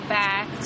back